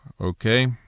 okay